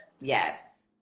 Yes